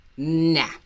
nah